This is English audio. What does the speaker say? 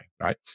Right